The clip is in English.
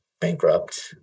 bankrupt